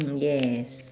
mm yes